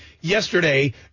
yesterday